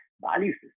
values